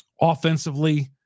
Offensively